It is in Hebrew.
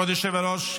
כבוד היושב-ראש,